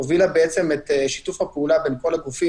הובילה את שיתוף הפעולה עם כל הגופים,